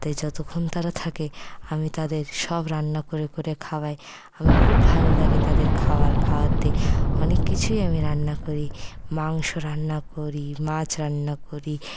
তাই যতক্ষণ তারা থাকে আমি তাদের সব রান্না করে করে খাওয়াই আমার খুব ভালো লাগে তাদের খাবার খাওয়াতে অনেক কিছুই আমি রান্না করি মাংস রান্না করি মাছ রান্না করি